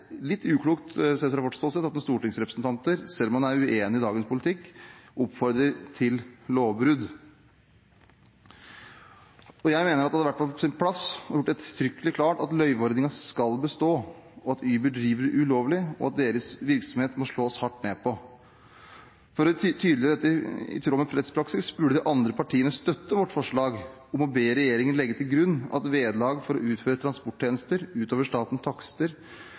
litt uklokt, sett fra vårt ståsted, at stortingsrepresentanter, selv om man er uenig i dagens politikk, oppfordrer til lovbrudd. Jeg mener det hadde vært på sin plass å gjøre det uttrykkelig klart at løyveordningen skal bestå, at Uber driver ulovlig, og at deres virksomhet må slås hardt ned på. For å være tydelig og i tråd med rettspraksis burde de andre partiene støtte vårt forslag om å be «regjeringen legge til grunn at vederlag for utføring av transporttjenester ut over statens takster